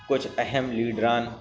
کچھ اہم لیڈران